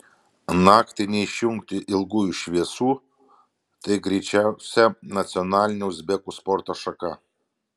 naktį neišjungti ilgųjų šviesų tai greičiausia nacionalinė uzbekų sporto šaka